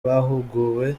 bahuguwe